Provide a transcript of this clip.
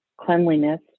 cleanliness